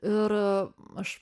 ir aš